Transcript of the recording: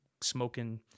smoking